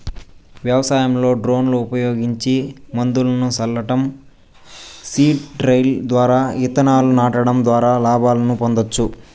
వ్యవసాయంలో డ్రోన్లు ఉపయోగించి మందును సల్లటం, సీడ్ డ్రిల్ ద్వారా ఇత్తనాలను నాటడం ద్వారా లాభాలను పొందొచ్చు